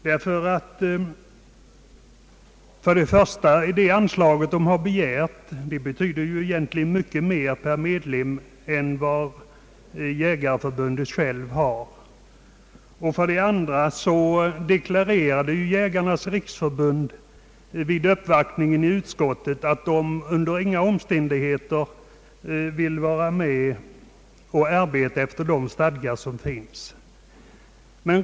För det första har Jägarnas riksförbund begärt ett anslag som egentligen innebär vad jag tror mycket mer per medlem än vad Svenska jägareförbundet har. För det andra deklarerade Jägarnas riksförbund vid uppvaktningen i utskottet, att det inte vill arbeta efter de stadgar som föreligger.